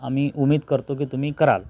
आम्ही उम्मीद करतो की तुम्ही कराल